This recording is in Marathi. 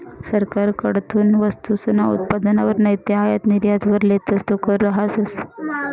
सरकारकडथून वस्तूसना उत्पादनवर नैते आयात निर्यातवर लेतस तो कर रहास